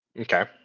okay